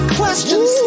questions